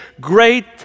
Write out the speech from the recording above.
great